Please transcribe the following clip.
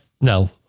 no